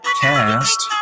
cast